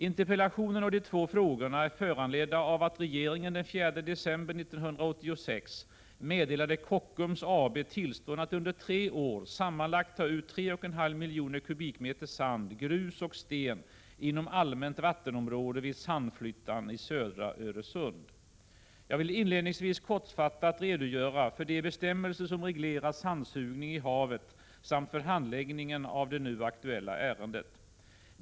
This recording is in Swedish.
Interpellationen och de två frågorna är föranledda av att regeringen den 4 december 1986 meddelade Kockums AB tillstånd att under tre år ta ut sammanlagt 3,5 miljoner kubikmeter sand, grus och sten inom allmänt vattenområde vid Sandflyttan i södra Öresund. Jag vill inledningsvis kortfattat redogöra för de bestämmelser som reglerar sandsugning i havet samt för handläggningen av det nu aktuella ärendet.